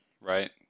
right